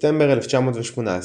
בספטמבר 1918,